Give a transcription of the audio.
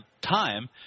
time